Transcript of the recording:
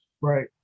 Right